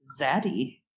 zaddy